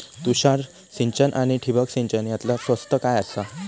तुषार सिंचन आनी ठिबक सिंचन यातला स्वस्त काय आसा?